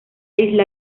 isla